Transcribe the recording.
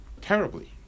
terribly